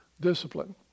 discipline